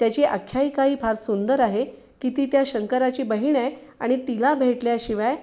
त्याची आख्यायिकाही फार सुंदर आहे की ती त्या शंकरची बहीण आहे आणि तिला भेटल्याशिवाय